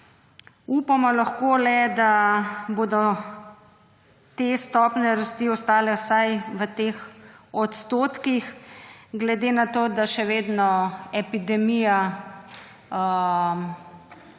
Upamo lahko le, da bodo te stopnje rasti ostale vsaj v teh odstotkih, glede na to, da se še vedno epidemija